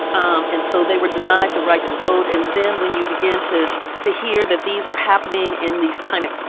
um and so they were denied the right to vote and then when you begin to to hear that these are happening in these kind of